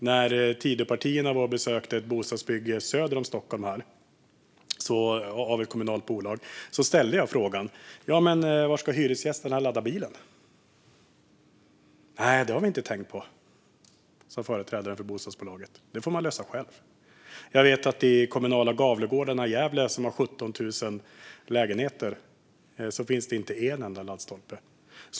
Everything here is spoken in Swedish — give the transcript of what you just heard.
När Tidöpartierna besökte ett kommunalt bolags bostadsbygge söder om Stockholm frågade jag var hyresgästerna ska ladda bilen. Det hade de inte tänkt på, sa företrädaren för bostadsbolaget - det får man lösa själv. I kommunala Gavlegårdarna i Gävle, som har 17 000 lägenheter, finns det inte en enda laddstolpe.